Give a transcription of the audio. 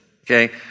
okay